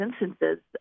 instances